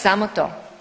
Samo to.